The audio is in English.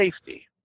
safety